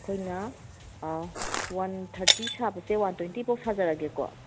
ꯑꯩꯈꯣꯏꯅ one thirty ꯁꯥꯕꯁꯦ one ꯇ꯭ꯋꯦꯟꯇꯤꯐꯥꯎꯕ ꯁꯥꯖꯔꯒꯦꯀꯣ